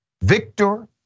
Victor